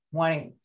wanting